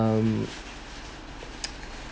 um